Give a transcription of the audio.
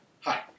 Hi